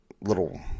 little